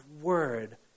word